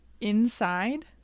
inside